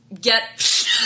get